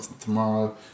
tomorrow